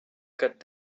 cut